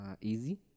easy